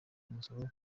umusoro